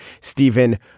Stephen